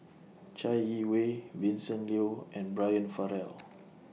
Chai Yee Wei Vincent Leow and Brian Farrell